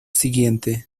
siguiente